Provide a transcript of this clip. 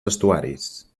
vestuaris